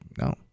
no